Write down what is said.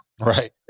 Right